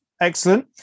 Excellent